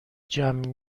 جمع